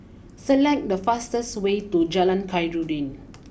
select the fastest way to Jalan Khairuddin